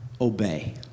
obey